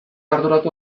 arduratu